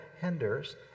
Hinders